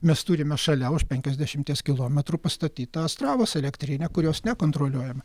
mes turime šalia už penkiasdešimties kilometrų pastatytą astravos elektrinę kurios nekontroliuojame